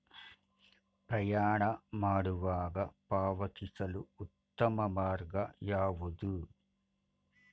ಪ್ರಯಾಣ ಮಾಡುವಾಗ ಪಾವತಿಸಲು ಉತ್ತಮ ಮಾರ್ಗ ಯಾವುದು?